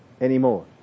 anymore